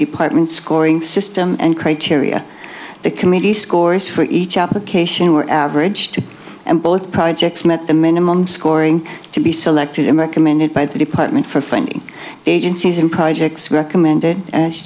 department's scoring system and criteria the committee scores for each application were average and both projects met the minimum scoring to be selected america amended by the department for finding agencies and projects recommended as